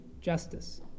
justice